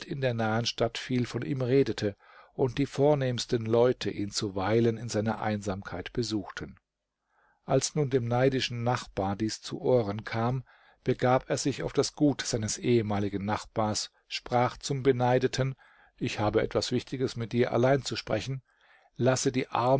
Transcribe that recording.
in der nahen stadt viel von ihm redete und die vornehmsten leute ihn zuweilen in seiner einsamkeit besuchten als nun dem neidischen nachbar dies zu ohren kam begab er sich auf das gut seines ehemaligen nachbars sprach zum beneideten ich habe etwas wichtiges mit dir allein zu sprechen lasse die